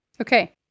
Okay